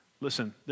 Listen